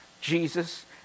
Jesus